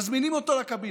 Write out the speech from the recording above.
מזמינים אותו לקבינט,